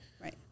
Right